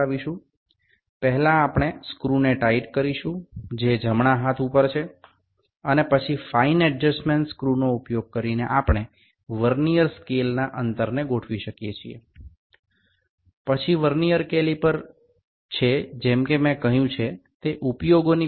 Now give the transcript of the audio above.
প্রথমত আমরা ডানদিকে যে স্ক্রুটি রয়েছে তা শক্ত করে দেব প্রথমে আমরা এই স্ক্রুটি শক্ত করে দেব এটি ডানদিকে রয়েছে এবং তারপরে সূক্ষ্ম সমন্বয় স্ক্রুটি ব্যবহার করে আমরা ভার্নিয়ার স্কেলের দূরত্ব নিয়ন্ত্রণ করতে পারি